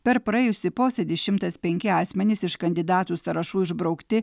per praėjusį posėdį šimtas penki asmenys iš kandidatų sąrašų išbraukti